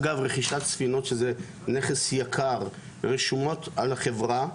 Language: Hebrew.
אגב רכישת ספינות, שזה נכס יקר, רשומות על החברה.